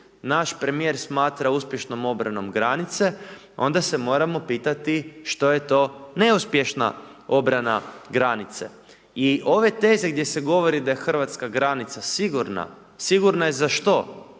naš premijer smatra uspješnom obranom granice, onda se moramo pitati što je to neuspješna obrana granice. I ove teze gdje se govori da je hrvatska granica sigurna, sigurna je za što?